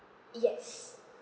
yes